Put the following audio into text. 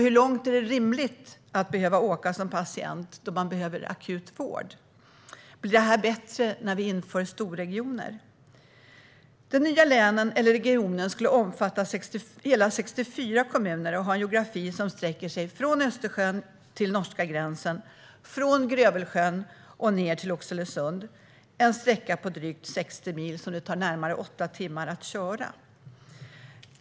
Hur långt är det rimligt att man som patient ska behöva åka när man behöver akut vård? Blir detta bättre när vi inför storregioner? Den nya regionen skulle omfatta hela 64 kommuner och geografiskt sträcka sig från Östersjön till norska gränsen och från Grövelsjön ned till Oxelösund. Det är en sträcka på drygt 60 mil som det tar närmare åtta timmar att köra.